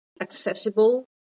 accessible